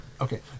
okay